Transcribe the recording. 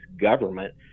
government